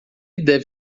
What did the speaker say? deve